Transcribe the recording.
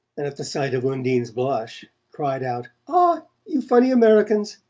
and at the sight of undine's blush cried out ah, you funny americans!